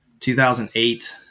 2008